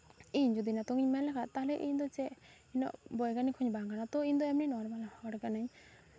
ᱤᱧ ᱡᱩᱫᱤ ᱱᱤᱛᱚᱝ ᱤᱧ ᱢᱮᱱ ᱞᱮᱠᱷᱟᱱ ᱛᱟᱦᱚᱞᱮ ᱤᱧᱫᱚ ᱪᱮᱫ ᱩᱱᱟᱹᱜ ᱵᱳᱭᱜᱟᱱᱤᱠ ᱦᱚᱸᱧ ᱵᱟᱝ ᱠᱟᱱᱟ ᱛᱳ ᱤᱧᱫᱚ ᱮᱢᱱᱤ ᱱᱚᱨᱢᱟᱞ ᱦᱚᱲ ᱠᱟᱹᱱᱟᱹᱧ